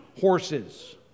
horses